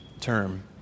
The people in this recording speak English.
term